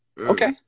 Okay